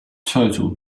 total